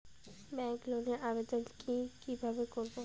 Bank লোনের আবেদন কি কিভাবে করব?